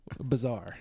Bizarre